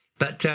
but,